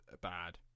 bad